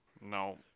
no